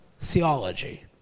theology